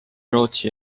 rootsi